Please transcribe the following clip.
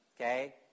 okay